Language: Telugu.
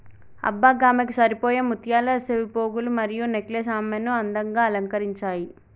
అబ్బ గామెకు సరిపోయే ముత్యాల సెవిపోగులు మరియు నెక్లెస్ ఆమెను అందంగా అలంకరించాయి